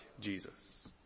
Jesus